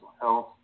health